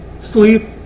Sleep